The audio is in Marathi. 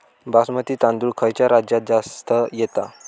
बासमती तांदूळ खयच्या राज्यात जास्त येता?